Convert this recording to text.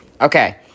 Okay